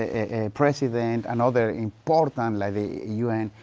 ah, president and other important. um like the u n,